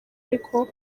ariko